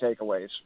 takeaways